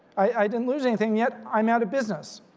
i didn't lose anything yet i'm out of business.